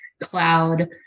cloud